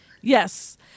Yes